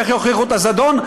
איך יוכיחו את הזדון?